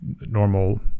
normal